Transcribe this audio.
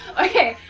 okay,